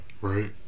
Right